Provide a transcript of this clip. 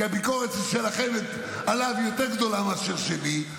כי הביקורת שלכם עליו היא יותר גדולה מאשר שלי.